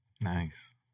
Nice